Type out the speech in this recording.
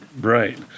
Right